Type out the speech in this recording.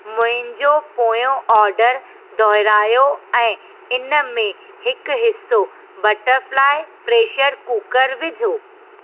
मुंहिंजो पोयों ऑडर दुहिरायो ऐं इन में हिकु हिसो बटरफ्लाई प्रेशर कुकर विझो